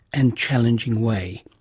and challenging way.